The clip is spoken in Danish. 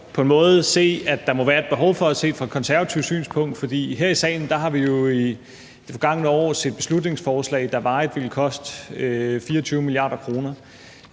på en måde godt se at der må være et behov for fra et konservativt synspunkt, for her i salen har vi jo i det forgangne år set beslutningsforslag, der varigt ville koste 24 mia. kr.